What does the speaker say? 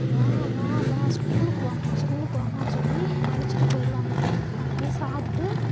வா வா வா ஸ்கூலுக்கு வாம்மா ஸ்கூலுக்கு வாம்மான்னு சொல்லி அழைச்சிட்டு போயிடுவாங்க அங்கே போய் சாப்பிட்டு